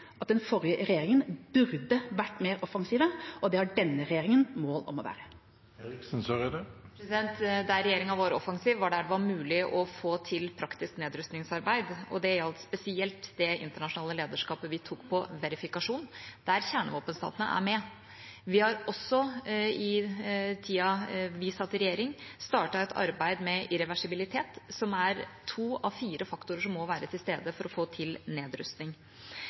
at den forrige regjeringa burde vært mer offensiv, og det har denne regjeringa mål om å være. Der regjeringa var offensiv, var der det var mulig å få til praktisk nedrustningsarbeid. Det gjaldt spesielt det internasjonale lederskapet vi tok på verifikasjon, der kjernevåpenstatene er med. Vi har også i tida vi satt i regjering, startet et arbeid med irreversibilitet, som er to av fire faktorer som må være til stede for å få til nedrustning.